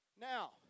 now